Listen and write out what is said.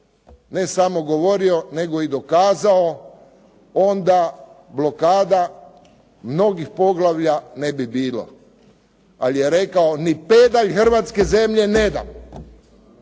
ne samo govorio, nego i dokazao, onda blokada mnogih poglavlja ne bi bilo. Ali je rekao ni pedalj Hrvatske zemlje ne dam.